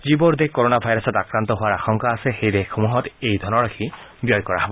যিবোৰ দেশ কৰণা ভাইৰাছত আক্ৰান্ত হোৱাৰ আশংকা আছে সেই দেশসমূহত এই ধনৰাশি ব্যয় কৰা হব